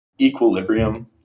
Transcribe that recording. equilibrium